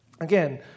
Again